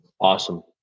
Awesome